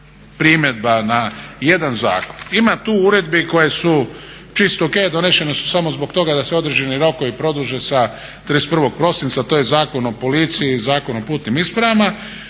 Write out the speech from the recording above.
primjedba na jedan zakon. Ima tu uredbi koje su čist o.k., donešene su samo zbog toga da se određeni rokovi produže sa 31. prosinca to je Zakon o policiji, Zakon o putnim ispravama.